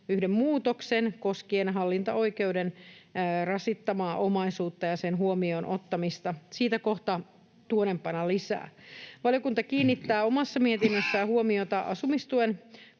yhden muutoksen koskien hallintaoikeuden rasittamaa omaisuutta ja sen huomioon ottamista. Siitä kohta tuonnempana lisää. Valiokunta kiinnittää mietinnössään huomiota asumistukeen